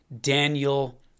Daniel